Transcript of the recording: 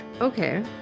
Okay